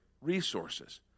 resources